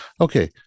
Okay